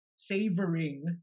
savoring